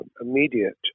immediate